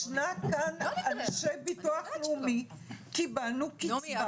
ישנם כאן אנשי ביטוח לאומי, קיבלנו קצבה.